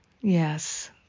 Yes